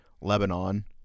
Lebanon